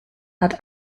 hat